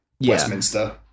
Westminster